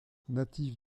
natif